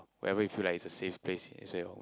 where ever you feel like is a safe place is where your home